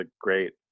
great